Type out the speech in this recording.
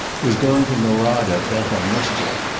was going to norada bent on mischief,